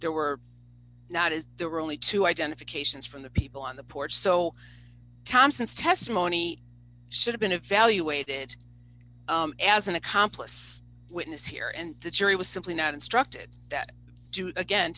there were not as there were only two identifications from the people on the porch so thompson's testimony should have been evaluated as an accomplice witness here and the jury was simply not instructed that again